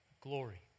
Glory